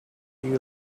you